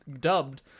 dubbed